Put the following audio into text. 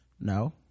no